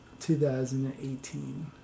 2018